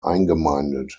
eingemeindet